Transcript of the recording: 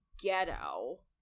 ghetto